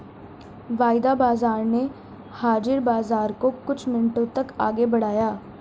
वायदा बाजार ने हाजिर बाजार को कुछ मिनटों तक आगे बढ़ाया